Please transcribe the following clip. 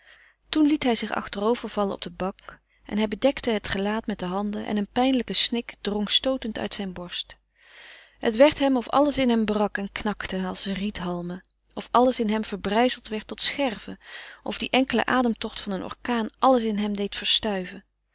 toen liet hij zich achterover vallen op de bank en hij bedekte het gelaat met de handen en een pijnlijke snik drong stootend uit zijne borst het werd hem of alles in hem brak en knakte als riethalmen of alles in hem verbrijzeld werd tot scherven of die enkele ademtocht van een orkaan alles in hem deed verstuiven